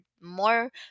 more